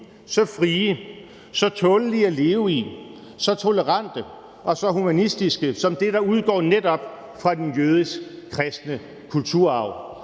så frie, så tålelige at leve i, så tolerante og så humanistiske som det, der udgår netop fra den jødisk-kristne kulturarv.